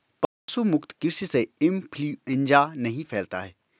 पशु मुक्त कृषि से इंफ्लूएंजा नहीं फैलता है